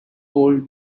old